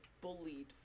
bullied